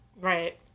Right